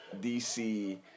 DC